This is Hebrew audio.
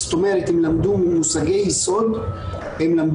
יש מי שלמדו בחו"ל והגורם